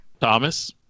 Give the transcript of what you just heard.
Thomas